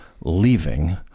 leaving